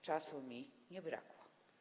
Czasu mi nie brakło.